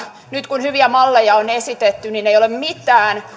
nyt kun hyviä malleja on esitetty niin ei ole mitään